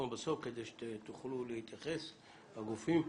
בסוף כדי שתוכלו להתייחס לדברים.